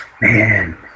man